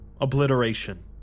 obliteration